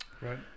Right